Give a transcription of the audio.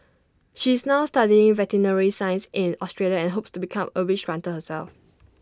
she is now studying veterinary science in Australia and hopes to become A wish granter herself